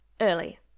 early